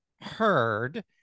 heard